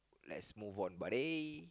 let's move on buddy